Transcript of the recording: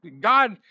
God